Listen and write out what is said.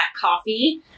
coffee